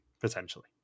potentially